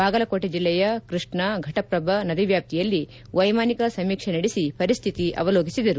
ಬಾಗಲಕೋಟೆ ಜಿಲ್ಲೆಯ ಕೃಷ್ಣಾ ಘಟಪ್ರಭಾ ನದಿವ್ಯಾಪ್ತಿಯಲ್ಲಿ ವೈಮಾನಿಕ ಸಮೀಕ್ಷೆ ನಡೆಸಿ ಪರಿಸ್ಥಿತಿ ಅವಲೋಕಿಸಿದರು